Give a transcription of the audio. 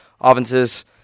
offenses